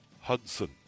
Hudson